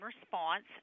response